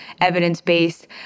evidence-based